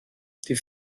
die